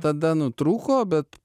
tada nutrūko bet